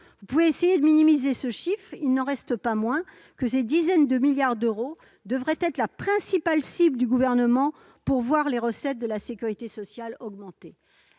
Vous pouvez essayer de minimiser ce montant, il n'en reste pas moins que ces dizaines de milliards d'euros devraient constituer la principale cible du Gouvernement pour accroître les ressources de la sécurité sociale.